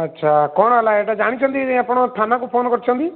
ଆଚ୍ଛା କ'ଣ ହେଲା ଏଇଟା ଜାଣିଛନ୍ତି ଆପଣ ଥାନାକୁ ଫୋନ୍ କରିଛନ୍ତି